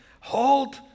hold